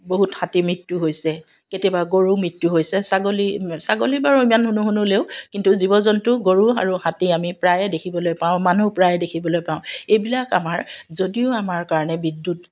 বহুত হাতীৰ মৃত্যু হৈছে কেতিয়াবা গৰুৰ মৃত্যু হৈছে ছাগলী ছাগলীৰ বাৰু ইমান নুশুনিলেও কিন্তু জীৱ জন্তু গৰু আৰু হাতী আমি প্ৰায়ে দেখিবলৈ পাওঁ মানুহ প্ৰায়ে দেখিবলৈ পাওঁ এইবিলাক আমাৰ যদিও আমাৰ কাৰণে বিদ্যুত